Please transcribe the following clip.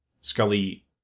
Scully